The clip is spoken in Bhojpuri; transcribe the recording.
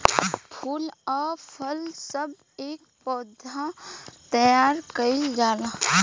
फूल आ फल सब के पौधा तैयार कइल जाला